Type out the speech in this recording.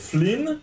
Flynn